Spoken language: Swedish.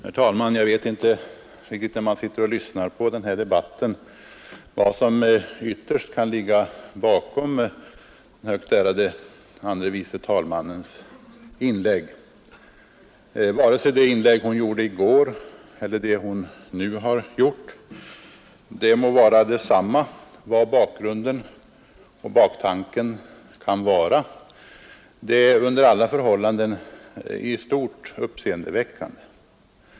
Herr talman! När jag suttit och lyssnat på denna debatt har jag inte blivit riktigt på det klara med vad som ytterst kan ligga bakom den högt ärade fru andre vice talmannens inlägg, varken det som hon gjorde i går eller det hon nu har gjort. Oavsett bakgrunden och baktanken är de emellertid i stort uppseendeväckande.